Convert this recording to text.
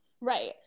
Right